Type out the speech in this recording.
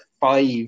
five